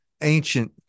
ancient